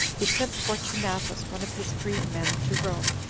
he sent fortunatus, one of his freed-men, to rome,